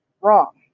Wrong